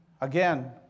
Again